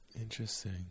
Interesting